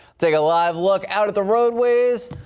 take a live look out of the roadways.